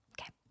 Okay